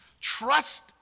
Trust